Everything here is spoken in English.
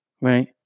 right